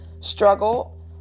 struggle